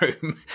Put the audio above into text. room